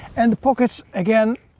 and the pockets, again,